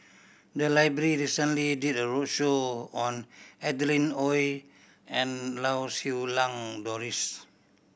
the library recently did a roadshow on Adeline Ooi and Lau Siew Lang Doris